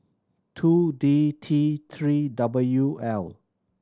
two D T Three W L